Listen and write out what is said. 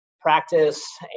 practice